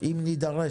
אם נידרש,